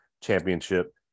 championship